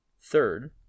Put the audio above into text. Third